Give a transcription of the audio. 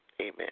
Amen